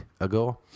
ago